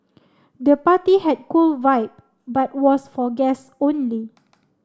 the party had cool vibe but was for guests only